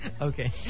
Okay